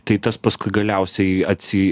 tai tas paskui galiausiai atsi